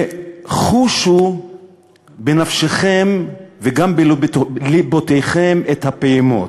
וחושו בנפשכם, וגם בלבכם את הפעימות: